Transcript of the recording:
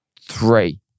three